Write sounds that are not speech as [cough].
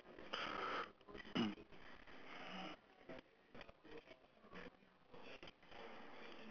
[coughs]